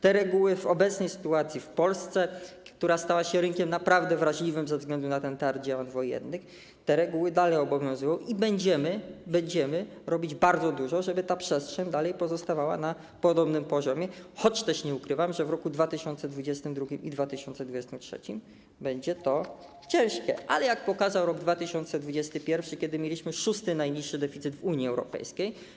Te reguły w obecnej sytuacji w Polsce, która stała się rynkiem naprawdę wrażliwym ze względu na teatr działań wojennych, dalej obowiązują i będziemy robić bardzo dużo, żeby ta przestrzeń dalej pozostawała na podobnym poziomie, choć też nie ukrywam, że w latach 2022 i 2023 będzie to ciężkie, ale jak pokazał rok 2021, kiedy mieliśmy szósty najniższy deficyt w Unii Europejskiej.